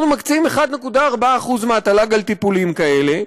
אנחנו מקצים 1.4% מהתל"ג על טיפולים כאלה,